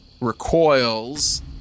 recoils